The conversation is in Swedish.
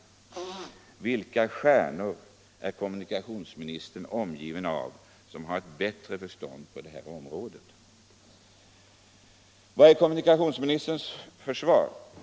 Vilka stjärnor är kommunikationsministern omgiven av, som har ett bättre förstånd på detta område? Vad är kommunikationsministerns försvar?